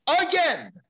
again